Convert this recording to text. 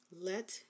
Let